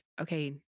okay